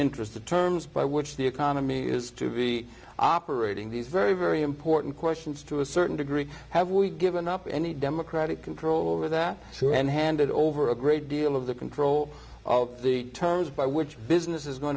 interest the terms by which the economy is to be operating these very very important questions to a certain degree have we given up any democratic control over that issue and handed over a great deal of the control of the terms by which business is going